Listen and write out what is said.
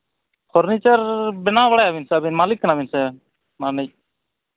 furniture ᱵᱮᱱᱟᱣ ᱵᱟᱲᱟᱭᱟᱵᱤᱱ ᱥᱮ ᱟᱹᱵᱤᱱ ᱢᱟᱹᱞᱤᱠ ᱠᱟᱱᱟᱵᱤᱱ ᱥᱮ ᱚᱱᱟ ᱨᱤᱱᱤᱡ